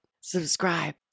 subscribe